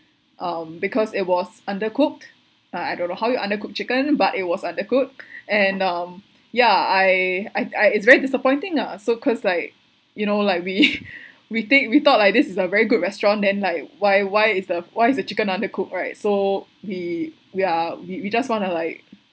um because it was undercooked ah I don't know how you undercooked chicken but it was undercooked and um ya I I I it's very disappointing lah so cause like you know like we we take we thought like this is a very good restaurant then like why why is the why is the chicken undercooked right so we we are we we just want to like